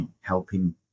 helping